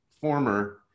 former